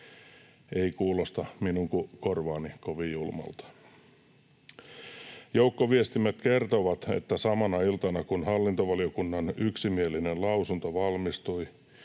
Ei kuulosta minun korvaani kovin julmalta. Joukkoviestimet kertovat, että samana iltana, kun hallintovaliokunnan yksimielinen mietintö valmistui,